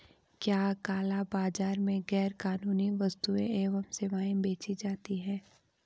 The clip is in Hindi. क्या काला बाजार में गैर कानूनी वस्तुएँ एवं सेवाएं बेची जाती हैं?